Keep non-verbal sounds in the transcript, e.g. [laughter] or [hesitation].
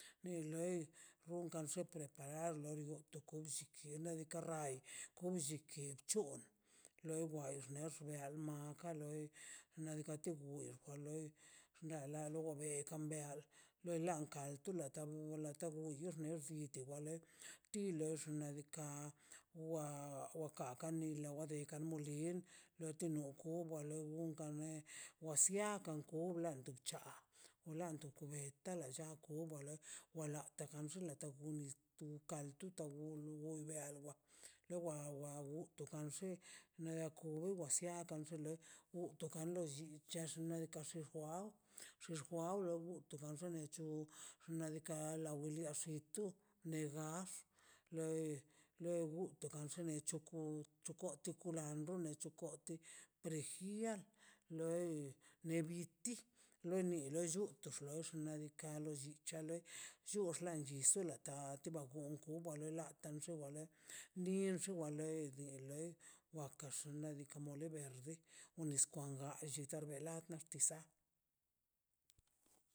Me rei wonkan shepre [unintelligible] [hesitation] rrai wnlliki c̱ho loi war ner ne man ka dor nadikaꞌ chibu jua loi ga go galo bei kan beal lo lan kal tu la ta bul malta bul io xne bi te wa le ti lex xnaꞌ diikaꞌ wa wa ka ka nilo ka de ka muelen no kwa lo kwo ba lo kame wa siakan ko blante cha lan tu kubeta la da lla kwale wala te kan xet [unintelligible] newa wa wa wu to kan xe no wo ka sia kan xen le wo tokando lli chex nadikaꞌ chexwa xixwaw wtu guenchu xnaꞌ diikaꞌ naꞌ woliax xitu ne negaf lei lei gu xne choco chocotlə chocolantlə koti prejia loi nebiti leni le lluu to xloi xnaꞌ diikaꞌ lli chale llu xḻan nis tela kati kun kun bale la kan xe bale nin xe wale waka xe nadikaꞌ mole verde wa nis kwan galleta le la niti rsaꞌ